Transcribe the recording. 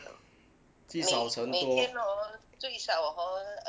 积少成多